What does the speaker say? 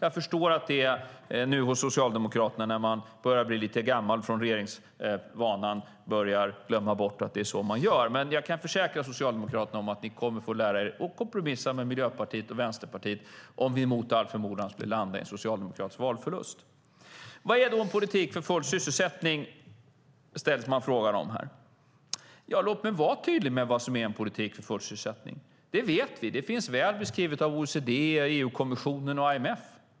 Jag förstår att man nu hos Socialdemokraterna, när det har gått ett tag sedan man hade regeringsmakten, börjar glömma bort att det är så man gör, men jag kan försäkra Socialdemokraterna att ni kommer att få lära er att kompromissa med Miljöpartiet och Vänsterpartiet om vi mot all förmodan skulle landa i en socialdemokratisk valseger. Vad är då är en politik för full sysselsättning, frågar man här. Låt mig vara tydlig med vad som är en politik för full sysselsättning. Det vet vi. Det finns väl beskrivet av OECD, EU-kommissionen och IMF.